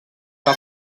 que